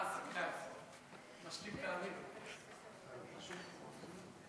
הצעת חוק הביטוח הלאומי (תיקון מס' 192)